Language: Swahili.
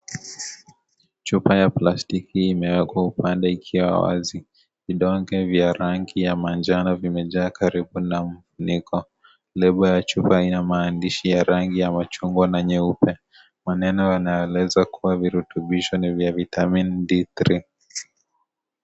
Chupa ya plastiki hii imewekwa upande ikiwa wazi. Vidonge vya rangi ya manjano vimejaa karibu na kifuniko. Lebo ya chupa ina maandishi ya rangi ya machungwa na nyeupe, maneno yanayoeleza kuwa virutubisho ni vya Vitamini D3.